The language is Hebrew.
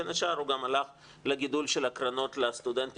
בין השאר הוא הלך גם לגידול של הקרנות לסטודנטים.